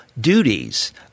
duties